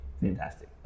fantastic